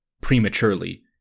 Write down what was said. prematurely